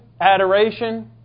adoration